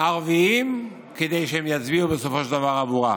ערבים כדי שהם יצביעו בסופו של דבר עבורה.